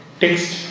text